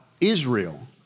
Israel